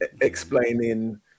explaining